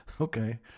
Okay